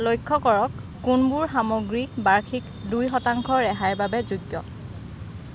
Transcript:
লক্ষ্য কৰক কোনবোৰ সামগ্ৰী বাৰ্ষিক দুই শতাংশ ৰেহাইৰ বাবে যোগ্য